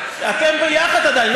אתם ביחד, עדיין.